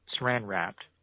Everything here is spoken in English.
saran-wrapped